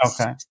okay